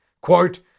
quote